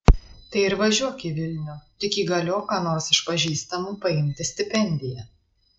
tai ir važiuok į vilnių tik įgaliok ką nors iš pažįstamų paimti stipendiją